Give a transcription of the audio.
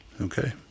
Okay